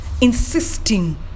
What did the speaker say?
insisting